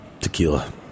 tequila